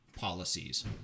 policies